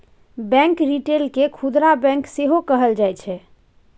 bank retail केँ खुदरा bank सेहो कहल जाइ छै